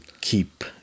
keep